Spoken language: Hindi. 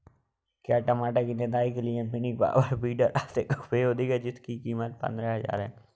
क्या टमाटर की निदाई के लिए मिनी पावर वीडर अधिक उपयोगी है जिसकी कीमत पंद्रह हजार है?